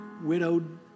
widowed